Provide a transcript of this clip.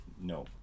No